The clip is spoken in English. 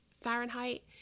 fahrenheit